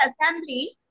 assembly